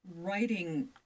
writing